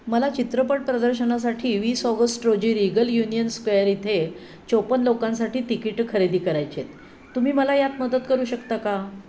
मला चित्रपट प्रदर्शनासाठी वीस ऑगस्ट रोजी रिगल युनियन स्क्वेअर इथे चोपन्न लोकांसाठी तिकीटं खरेदी करायचे आहेत तुम्ही मला यात मदत करू शकता का